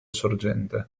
sorgente